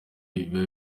biba